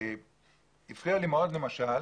הפריע לי מאוד למשל